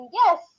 yes